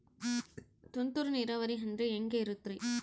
ತುಂತುರು ನೇರಾವರಿ ಅಂದ್ರೆ ಹೆಂಗೆ ಇರುತ್ತರಿ?